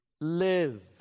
live